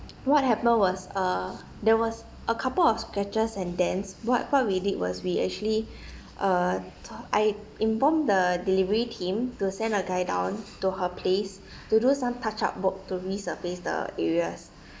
what happened was uh there was a couple of scratches and dents what what we did was we actually uh I informed the delivery team to send a guy down to her place to do some touch up work to resurface the areas